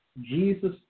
Jesus